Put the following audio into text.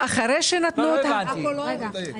לעכו לא האריכו.